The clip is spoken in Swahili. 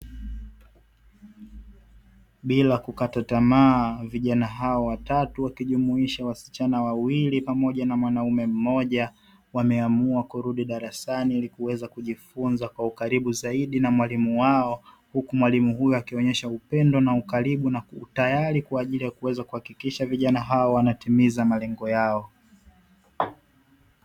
Bila kukata tamaa vijana hawa watatu wakijumuisha wasichana wawili pamoja na mwanaume mmoja, wameamua kurudi darasani ili kuweza kujifunza kwa ukaribu zaidi na mwalimu wao huku mwalimu huyo akionyesha upendo na ukaribu tayari kuweza kuhakikisha vijana hao wanatimiza malengo yao.